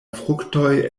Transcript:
fruktoj